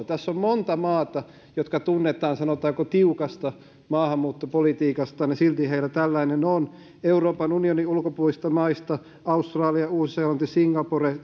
tässä on monta maata jotka tunnetaan sanotaanko tiukasta maahanmuuttopolitiikasta ja silti heillä tällainen on euroopan unionin ulkopuolisista maista australia uusi seelanti singapore